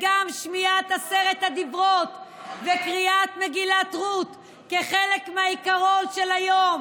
וגם שמיעת עשרת הדברות וקריאת מגילת רות כחלק מהעיקרון של היום,